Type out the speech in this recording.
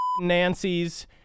Nancys